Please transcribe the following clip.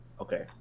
okay